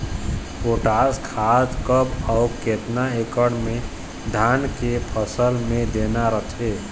Potash खाद कब अऊ केतना एकड़ मे धान के फसल मे देना रथे?